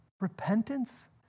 Repentance